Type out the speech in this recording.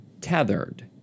tethered